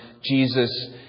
Jesus